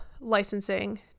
licensing